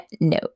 No